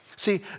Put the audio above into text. See